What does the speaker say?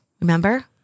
remember